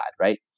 right